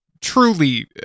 truly